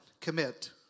Commit